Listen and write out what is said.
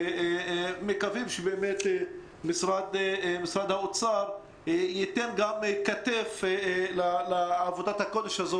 ומקווים שמשרד האוצר ייתן כתף לעבודת הקודש הזה,